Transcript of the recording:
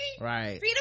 Right